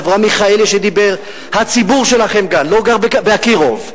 לאברהם מיכאלי שדיבר: הציבור שלכם לא גר ב"אקירוב".